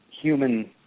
human